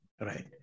Right